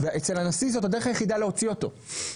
ואצל הנשיא זאת הדרך היחידה להוציא אותו.